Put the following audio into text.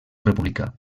republicà